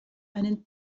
einen